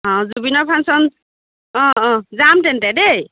অঁ জুবিনৰ ফাংচন অঁ অঁ যাম তেন্তে দেই